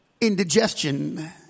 Indigestion